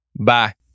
Bye